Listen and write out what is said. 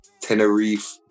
Tenerife